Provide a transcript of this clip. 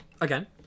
again